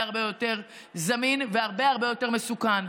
הרבה יותר זמין והרבה הרבה יותר מסוכן,